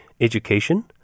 education